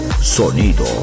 sonido